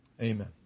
Amen